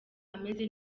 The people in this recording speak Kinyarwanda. ameze